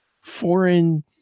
foreign